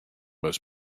must